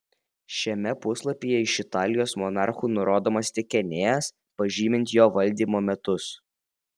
šiame puslapyje iš italijos monarchų nurodomas tik enėjas pažymint jo valdymo metus